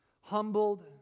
Humbled